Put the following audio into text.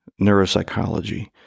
neuropsychology